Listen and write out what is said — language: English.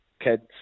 kids